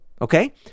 Okay